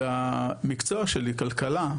והמקצוע שלי כלכלה,